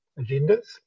agendas